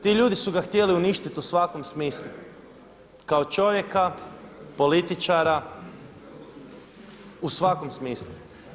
Ti ljudi su ga htjeli uništiti u svakom smislu kao čovjeka, političara, u svakom smislu.